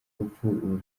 rupfu